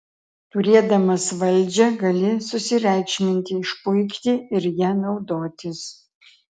turėdamas valdžią gali susireikšminti išpuikti ir ja naudotis